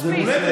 מספיק.